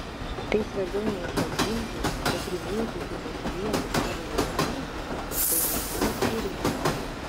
kai svarbiau ne išauginti o primėtyti po svietą savo vaikų tai ne ką ir turime